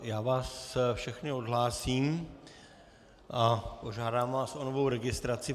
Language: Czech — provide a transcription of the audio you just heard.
Já vás všechny odhlásím a požádám vás o novou registraci.